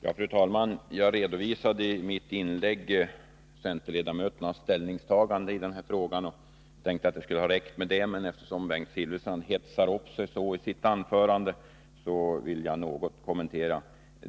Fru talman! I mitt inlägg tidigare redovisade jag centerledamöternas ställningstagande i den här frågan, och jag trodde att det skulle vara tillräckligt. Men eftersom Bengt Silfverstrand hetsar upp sig så i sitt anförande, vill jag göra en liten kommentar.